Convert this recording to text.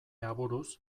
aburuz